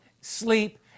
sleep